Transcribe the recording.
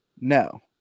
No